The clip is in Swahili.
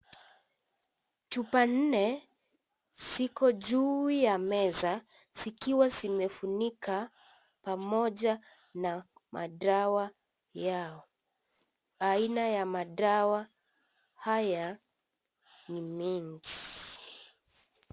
Chupa nne ziko juu ya meza zikiwa zimefunika pamoja na madawa yao, aina ya madawa haya ni mengi.